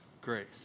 grace